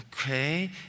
Okay